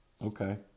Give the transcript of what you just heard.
Okay